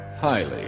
Highly